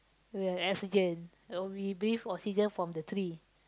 oxygen uh we breathe oxygen from the tree